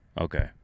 Okay